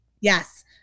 yes